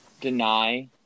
deny